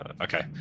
okay